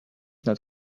not